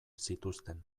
zituzten